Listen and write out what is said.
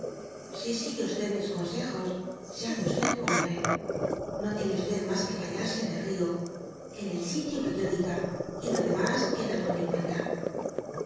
si sigue y mb ron tjos se hace hombre j'o lienc y ma fjuc baiiar c en el rio en el sitio que yo tliga y lo demá queda por mi cuenla